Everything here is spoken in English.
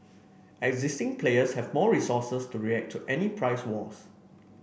existing players have more resources to react to any price wars